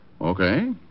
Okay